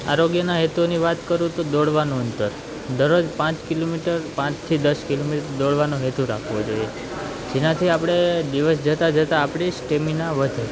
આરોગ્યના હેતુઓની વાત કરું તો દોડવાનું અંતર દરરોજ પાંચ કિલોમીટર પાંચથી દસ કિલોમીટર દોડવાનો હેતુ રાખવો જોઈ જેનાથી આપણે દિવસ જતાં જતાં આપણી સ્ટેમિના વધે